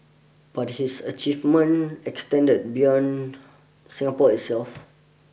but his achievement extended beyond Singapore itself